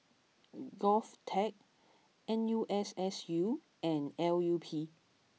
Govtech N U S S U and L U P